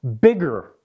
bigger